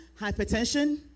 hypertension